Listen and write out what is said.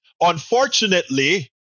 Unfortunately